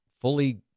fully